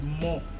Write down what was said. more